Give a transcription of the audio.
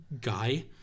guy